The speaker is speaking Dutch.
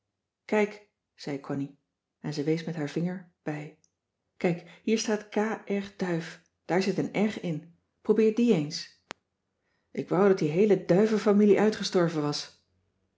kijk zei connie en ze wees met haar vinger bij kijk hier staat k r duyf daar zit een r in probeer die eens ik wou dat die heele duyvenfamilie uitgestorven was